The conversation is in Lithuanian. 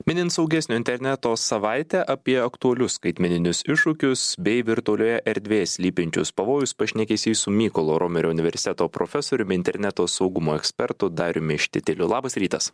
minint saugesnio interneto savaitę apie aktualius skaitmeninius iššūkius bei virtualioje erdvėje slypinčius pavojus pašnekesys su mykolo romerio universiteto profesoriumi interneto saugumo ekspertu dariumi štitiliu labas rytas